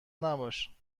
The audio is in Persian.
نباش